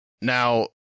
Now